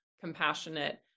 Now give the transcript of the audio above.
compassionate